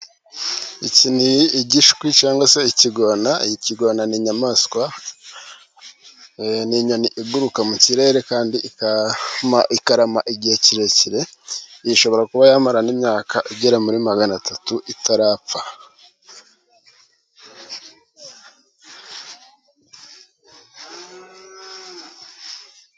Iki ni igishwi cyangwa se ikigwawana. Ikigwawana n'inyamaswa, ni inyoni iguruka mu kirere, kandi ikarama igihe kirekire. Ishobora kuba yamarana imyaka igera muri magana atatu itarapfa.